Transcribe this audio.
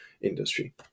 industry